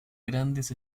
grandes